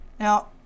Now